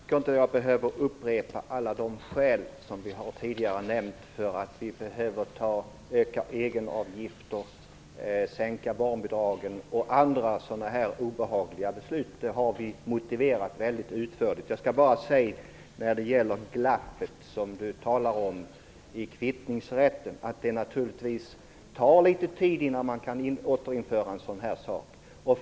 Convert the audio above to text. Fru talman! Jag tror inte att jag behöver upprepa alla de skäl som tidigare har nämnts till att vi behöver öka egenavgifterna, sänka barnbidragen och andra sådana här obehagliga beslut. Det har vi motiverat väldigt utförligt. När det gäller det glapp i kvittningsrätten som Michael Stjernström talar om vill jag säga att det naturligtvis tar litet tid innan man kan återinföra något sådant.